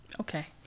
Okay